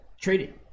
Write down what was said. trading